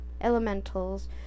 elementals